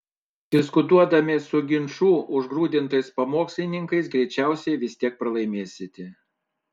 diskutuodami su ginčų užgrūdintais pamokslininkais greičiausiai vis tiek pralaimėsite